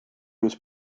was